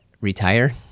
retire